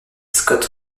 scott